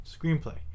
screenplay